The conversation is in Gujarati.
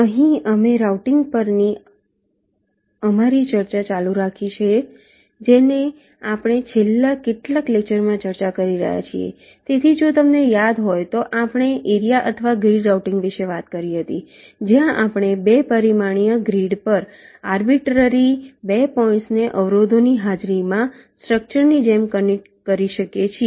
અહીં અમે રાઉટીંગ પરની અમારી ચર્ચા ચાલુ રાખીએ છીએ જેની આપણે છેલ્લા કેટલાક લેક્ચરમાં ચર્ચા કરી રહ્યા છીએ તેથી જો તમને યાદ હોય તો આપણે એરિયા અથવા ગ્રીડ રાઉટીંગ વિશે વાત કરી હતી જ્યાં આપણે 2 પરિમાણીય ગ્રીડ પર આરબીટરરી 2 પોઈન્ટ્સને અવરોધો ની હાજરીમાં સ્ટ્રક્ચર ની જેમ કનેક્ટ કરી શકીએ છીએ